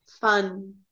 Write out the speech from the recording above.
fun